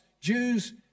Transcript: jews